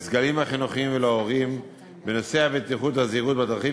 לסגלים החינוכיים ולהורים בנושאי הבטיחות והזהירות בדרכים,